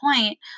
point